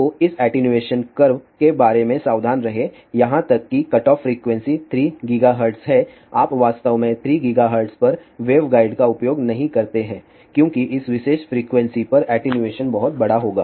तो इस attenuation curve के बारे में सावधान रहें यहां तक कि कटऑफ फ्रीक्वेंसी 3 गीगाहर्ट्ज है आप वास्तव में 3 गीगाहर्ट्ज पर वेवगाइड का उपयोग नहीं करते हैं क्योंकि इस विशेष फ्रीक्वेंसी पर एटीन्यूएशन बहुत बड़ा होगा